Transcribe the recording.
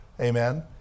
Amen